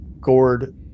gourd